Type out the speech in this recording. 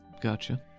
Gotcha